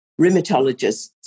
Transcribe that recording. rheumatologists